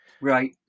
right